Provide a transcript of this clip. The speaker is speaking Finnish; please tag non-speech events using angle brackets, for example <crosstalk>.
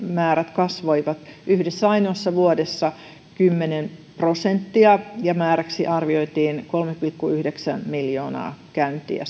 kasvoivat yhdessä ainoassa vuodessa kymmenen prosenttia määräksi siis arvioitiin kolme pilkku yksi miljoonaa käyntiä <unintelligible>